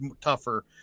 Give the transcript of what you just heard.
tougher